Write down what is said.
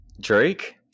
Drake